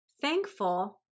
thankful